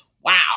wow